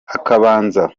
akabanza